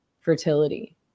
fertility